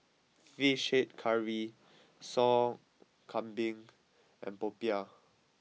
Fish Head Curry Sop Kambing and Popiah